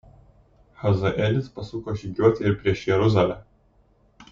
hazaelis pasuko žygiuoti ir prieš jeruzalę